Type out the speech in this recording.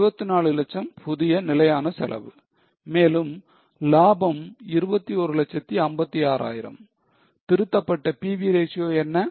74 லட்சம் புதிய நிலையான செலவு மேலும் லாபம் 2156000 திருத்தப்பட்ட PV ratio என்ன